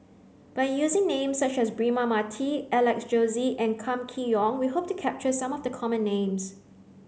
by using names such as Braema Mathi Alex Josey and Kam Kee Yong we hope to capture some of the common names